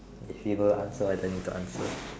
receiver answer I don't need to answer